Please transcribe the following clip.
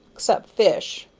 except fish,